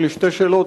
יש לי שתי שאלות,